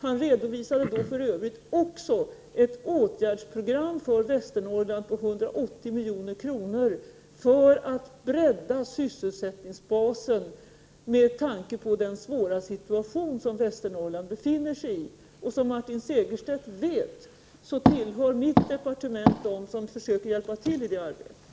Han redovisade då för övrigt också ett åtgärdsprogram för Västernorrland på 180 milj.kr. för att bredda sysselsättningsbasen med tanke på den svåra situation som Västernorrland befinner sig i. Och som Martin Segerstedt vet tillhör mitt departement dem som försöker hjälpa till i det arbetet.